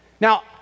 now